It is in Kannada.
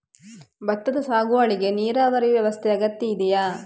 ಭತ್ತದ ಸಾಗುವಳಿಗೆ ನೀರಾವರಿ ವ್ಯವಸ್ಥೆ ಅಗತ್ಯ ಇದೆಯಾ?